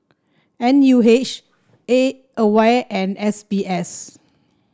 N U H A Aware and S B S